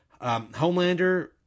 Homelander